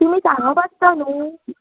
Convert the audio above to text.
तुमी सांगोप आसता न्हू